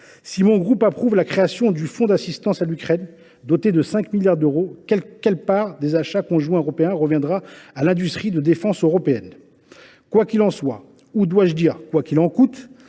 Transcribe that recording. Si mon groupe approuve la création du fonds d’assistance à l’Ukraine, doté de 5 milliards d’euros, je m’interroge sur la part des achats conjoints européens qui reviendra à l’industrie de défense européenne. Quoi qu’il en soit ou, devrais je dire, quoi qu’il en coûte,